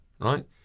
right